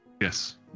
Yes